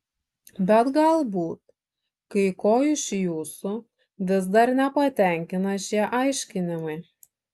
bet galbūt kai ko iš jūsų vis dar nepatenkina šie aiškinimai